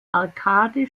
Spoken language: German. arcade